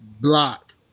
block